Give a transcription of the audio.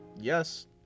Yes